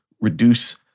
reduce